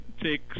take